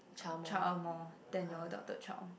child more than your adopted child